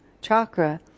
chakra